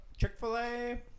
Chick-fil-A